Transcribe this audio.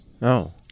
no